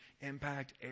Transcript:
impact